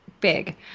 big